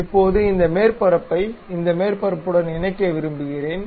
இப்போது இந்த மேற்பரப்பை இந்த மேற்பரப்புடன் இணைக்க விரும்புகிறேன்